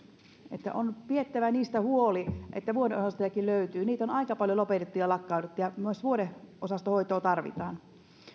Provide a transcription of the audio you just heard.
että on pidettävä myös siitä huoli että vuodeosastojakin löytyy niitä on aika paljon lopetettu ja lakkautettu myös vuodeosastohoitoa tarvitaan